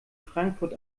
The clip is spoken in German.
frankfurt